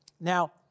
Now